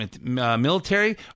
military